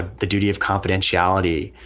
the duty of confidentiality,